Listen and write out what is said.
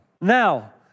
Now